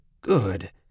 good